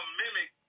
mimic